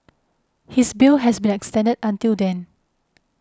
his bail has been extended until then